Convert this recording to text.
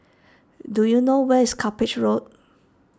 do you know where is Cuppage Road